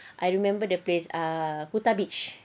I remember the place ah kuta beach